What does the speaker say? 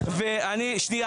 אני רוצה